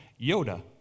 Yoda